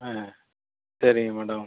ஆ சரிங்க மேடம்